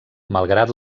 malgrat